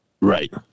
Right